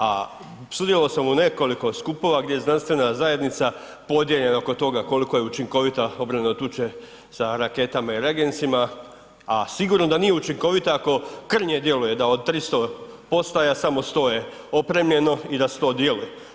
A sudjelovao sam u nekoliko skupova gdje je znanstvena zajednica podijeljena oko toga koliko je učinkovita obrana od tuče sa raketama i regensima, a sigurno da nije učinkovita ako krnje djeluje, da od 300 postaja samo 100 je opremljeno i da 100 djeluje.